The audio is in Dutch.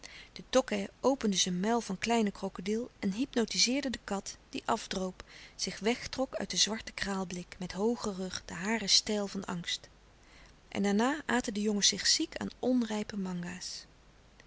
de tokkè opende zijn muil van kleine krokodil en hypnotizeerde de kat die afdroop zich wegtrok uit den zwarten kraalblik met hoogen rug de haren steil van angst en daarna aten de jongens zich ziek aan onrijpe manga's